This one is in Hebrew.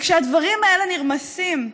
כשהדברים האלה נרמסים,